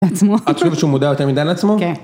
את עצמו. את חושבת שהוא מודע יותר מדי לעצמו? כן.